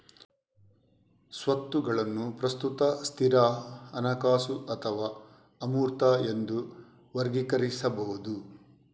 ಸ್ವತ್ತುಗಳನ್ನು ಪ್ರಸ್ತುತ, ಸ್ಥಿರ, ಹಣಕಾಸು ಅಥವಾ ಅಮೂರ್ತ ಎಂದು ವರ್ಗೀಕರಿಸಬಹುದು